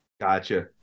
Gotcha